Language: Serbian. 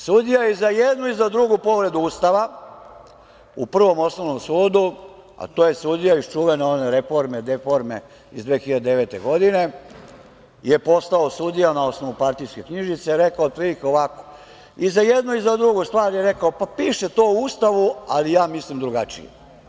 Sudija je i za jednu i za drugu povredu Ustava, u Prvom osnovnom sudu, a to je sudija iz čuvene one reforme iz 2009. godine, koji je postao sudija na osnovu partijske knjižice, rekao otprilike ovako - pa, piše to u Ustavu, ali ja mislim drugačije.